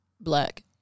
black